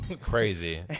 crazy